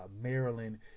Maryland